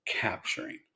capturing